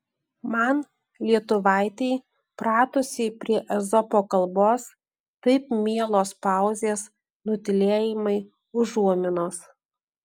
man lietuvaitei pratusiai prie ezopo kalbos taip mielos pauzės nutylėjimai užuominos